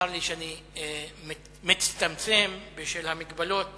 צר לי שאני מצטמצם, בשל המגבלות